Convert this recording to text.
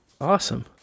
Awesome